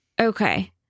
Okay